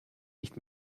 nicht